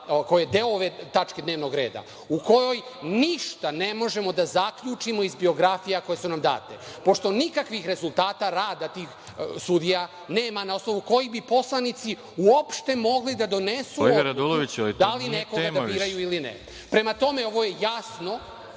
koja je deo ove tačke dnevnog reda, u kojoj ništa ne možemo da zaključimo iz biografija koje su nam date, pošto nikakvih rezultata rada tih sudija nema na osnovu kojih bi poslanici uopšte mogli da donesu … **Veroljub Arsić** Kolega Raduloviću, ali to nije tema više. **Saša Radulović** …